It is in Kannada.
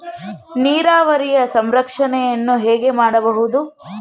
ನೀರಾವರಿಯ ಸಂರಕ್ಷಣೆಯನ್ನು ಹೇಗೆ ಮಾಡಬಹುದು?